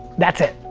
that's it.